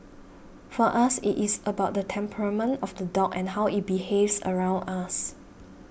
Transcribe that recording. for us it is about the temperament of the dog and how it behaves around us